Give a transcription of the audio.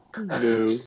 No